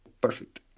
Perfect